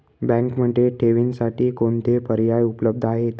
बँकेमध्ये ठेवींसाठी कोणते पर्याय उपलब्ध आहेत?